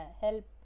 help